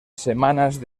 semanas